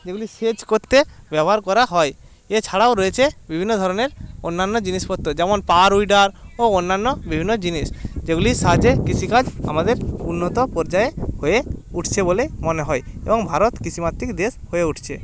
যেগুলি সেচ করতে ব্যবহার করা হয় এছাড়াও রয়েছে বিভিন্ন ধরনের অন্যান্য জিনিসপত্র যেমন পাওয়ার উইডার ও অন্যান্য বিভিন্ন জিনিস যেগুলির সাহায্যে কৃষিকাজ আমাদের উন্নত পর্যায়ে হয়ে উঠছে বলে মনে হয় এবং ভারত কৃষিমাত্রিক দেশ হয়ে উঠছে